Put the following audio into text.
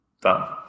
Done